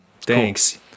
Thanks